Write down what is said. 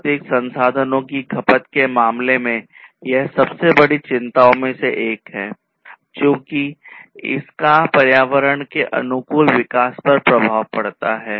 प्राकृतिक संसाधनों की खपत के मामले में यह सबसे बड़ी चिंताओं में से एक है चूंकि इसका पर्यावरण के अनुकूल विकास पर प्रभाव पड़ता है